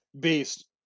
Beast